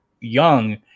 young